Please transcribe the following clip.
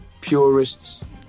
purists